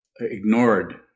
ignored